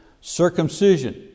circumcision